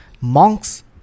monks